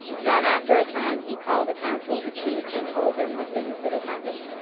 then after a time he called a council of the chiefs and told them the things that had happened.